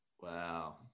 Wow